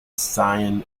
sian